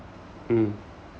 um